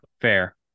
fair